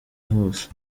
hose